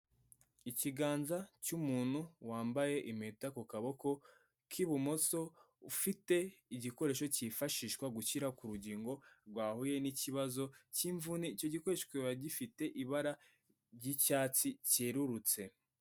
Ikiganza cy'umuntu wambaye impeta ku kaboko k'ibumoso, ufite igikoresho cyifashishwa gushyira ku rugingo rwahuye n'ikibazo cy'imvune, icyo gikoresho kikaba gifite ibara ry'icyatsi cyerurutse.